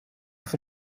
für